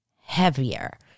heavier